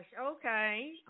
okay